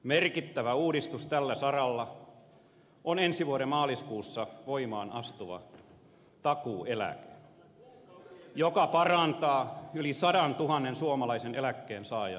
merkittävä uudistus tällä saralla on ensi vuoden maaliskuussa voimaan astuva takuueläke joka parantaa yli sadantuhannen suomalaisen eläkkeensaajan toimeentuloa